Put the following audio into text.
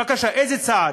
בבקשה, איזה צעד?